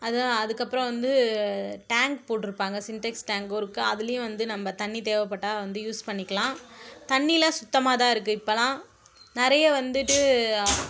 அதுதான் அதுக்கப்புறம் வந்து டேங்க் போட்டுருப்பாங்க சின்டெக்ஸ் டேங்க்கும் இருக்குது அதுலேயும் வந்து நம்ம தண்ணி தேவைப்பட்டா வந்து யூஸ் பண்ணிக்கலாம் தண்ணியெலாம் சுத்தமாக தான் இருக்குது இப்போலாம் நிறைய வந்துட்டு